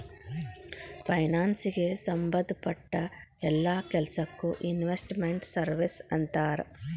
ಫೈನಾನ್ಸಿಗೆ ಸಂಭದ್ ಪಟ್ಟ್ ಯೆಲ್ಲಾ ಕೆಲ್ಸಕ್ಕೊ ಇನ್ವೆಸ್ಟ್ ಮೆಂಟ್ ಸರ್ವೇಸ್ ಅಂತಾರ